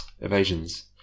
evasions